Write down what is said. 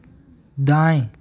दाएँ